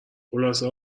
خلاصه